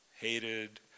hated